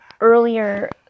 earlier